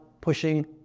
pushing